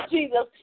Jesus